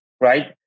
right